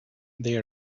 they